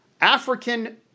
African